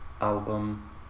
album